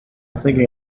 thinking